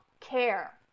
care